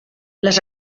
les